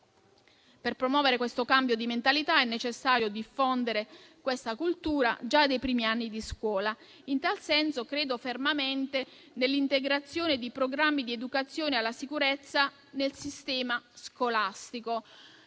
Per promuovere questo cambio di mentalità è necessario diffondere questa cultura già dai primi anni di scuola. In tal senso, credo fermamente nell'integrazione di programmi di educazione alla sicurezza nel sistema scolastico,